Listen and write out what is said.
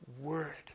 word